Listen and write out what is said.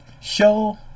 show